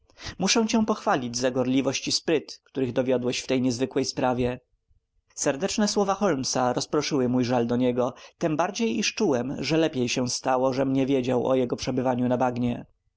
muszę cię pochwalić za gorliwość i spryt których dowiodłeś w tej niezwykłej sprawie serdeczne słowa holmesa rozproszyły mój żal do niego tembardziej iż czułem że lepiej się stało żem nie wiedział o jego przebywaniu na bagnie